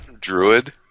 druid